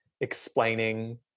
explaining